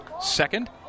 second